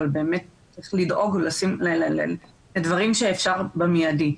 אבל באמת לדאוג לדברים שאפשר במיידי.